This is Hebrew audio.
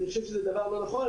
אני חושב שזה דבר לא נכון.